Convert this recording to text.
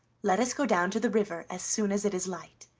let us go down to the river as soon as it is light.